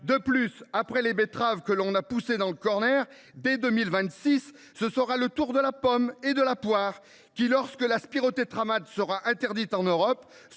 ! Et, après les betteraves que l’on a poussées dans le, dès 2026, ce sera le tour de la pomme et de la poire : lorsque le spirotétramate sera interdit en Europe,